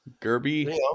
Gerby